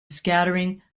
scattering